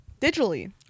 digitally